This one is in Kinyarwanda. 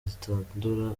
zitandura